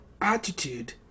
attitude